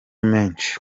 menshi